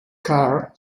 carr